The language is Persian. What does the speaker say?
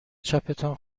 چپتان